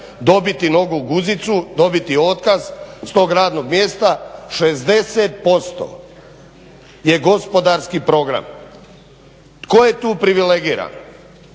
dobit nogu u guzicu, dobiti otkaz s tog radnog mjesta. 60% je gospodarski program. Tko je tu privilegiran?